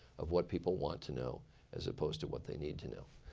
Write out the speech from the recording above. of what people want to know as opposed to what they need to know.